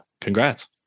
Congrats